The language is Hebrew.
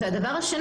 שנית,